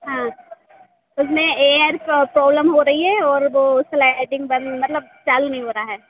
हाँ उसमें air problem हो रही है और वह स्लाइडिन्ग बंद मतलब मतलब चालू नहीं हो रहा है